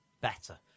better